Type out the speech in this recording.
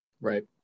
Right